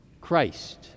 Christ